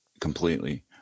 completely